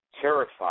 Terrified